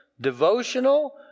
devotional